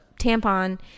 tampon